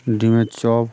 ডিমের চপ